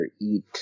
eat